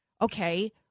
Okay